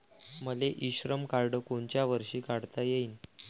मले इ श्रम कार्ड कोनच्या वर्षी काढता येईन?